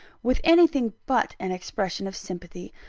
with anything but an expression of sympathy.